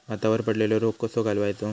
भातावर पडलेलो रोग कसो घालवायचो?